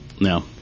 No